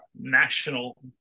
National